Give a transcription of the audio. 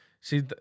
See